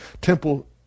temple